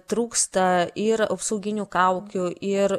trūksta ir apsauginių kaukių ir